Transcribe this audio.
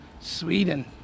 Sweden